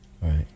right